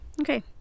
okay